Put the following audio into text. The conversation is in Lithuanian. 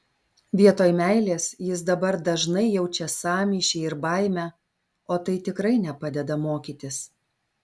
vietoj meilės jis dabar dažnai jaučia sąmyšį ir baimę o tai tikrai nepadeda mokytis